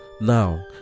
now